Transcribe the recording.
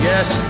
Yes